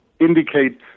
indicate